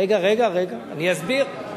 רגע, רגע, אני אסביר.